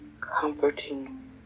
comforting